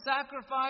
sacrifice